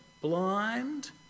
blind